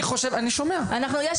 אני חושב --- אנחנו צועקות הצילו,